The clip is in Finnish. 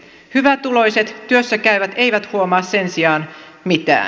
hyvätuloiset työssä käyvät eivät huomaa sen sijaan mitään